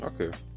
Okay